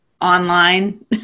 online